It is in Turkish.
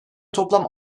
toplam